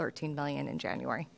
thirteen million in january